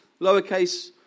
lowercase